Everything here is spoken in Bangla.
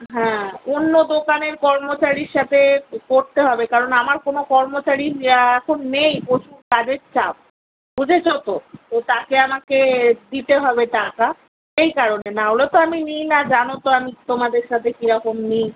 হ্যাঁ অন্য দোকানের কর্মচারীর সাথে করতে হবে কারণ আমার কোনো কর্মচারী এখন নেই প্রচুর কাজের চাপ বুঝেছো তো তো তাকে আমাকে দিতে হবে টাকা সেই কারণে নাহলে তো আমি নিই না জানো তো আমি তোমাদের সাথে কিরকম নিই